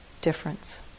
difference